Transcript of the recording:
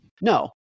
no